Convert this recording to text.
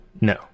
No